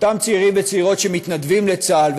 אותם צעירים וצעירות שמתנדבים לצה"ל,